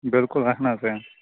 بِلکُل اَہَن حَظ اۭں